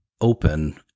open